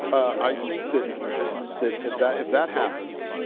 i think that that that if that happens,